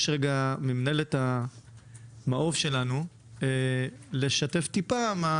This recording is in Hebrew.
אבקש כרגע ממנהלת "מעוף" שלנו לשתף טיפה ממה